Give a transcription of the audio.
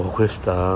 questa